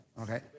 okay